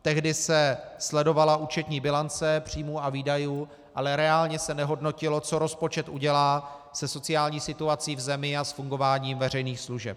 Tehdy se sledovala účetní bilance příjmů a výdajů, ale reálně se nehodnotilo, co rozpočet udělá se sociální situací v zemi a s fungováním veřejných služeb.